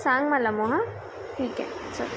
सांग मला म हं ठिक आहे